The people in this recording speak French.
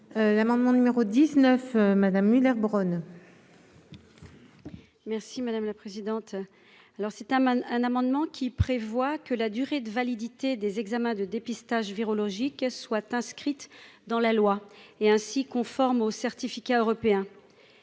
l'amendement numéro 19 Madame Müller Bronn. Oui. Merci madame la présidente, alors c'est un un amendement qui prévoit que la durée de validité des examens de dépistage virologique soit inscrite dans la loi est ainsi conforme au certificat européen